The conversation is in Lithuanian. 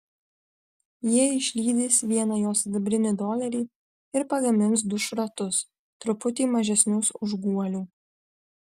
jie išlydys vieną jo sidabrinį dolerį ir pagamins du šratus truputį mažesnius už guolių